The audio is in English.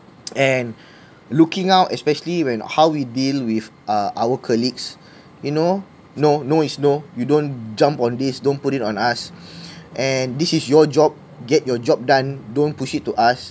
and looking out especially when how we deal with uh our colleagues you know no no is no you don't jump on this don't put it on us and this is your job get your job done don't push it to us